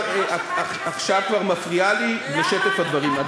עכשיו את כבר מפריעה לי לשטף הדברים.